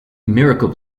miracle